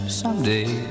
someday